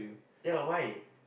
yeah why